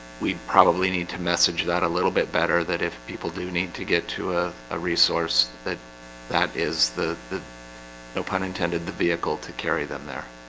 we probably need to message that a little bit better that if people do need to get to a ah resource that that is the no pun intended the vehicle to carry them there,